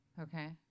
Okay